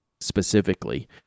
specifically